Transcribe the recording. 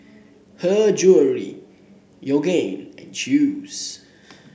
Her Jewellery Yoogane and Chew's